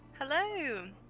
Hello